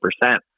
percent